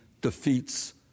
defeats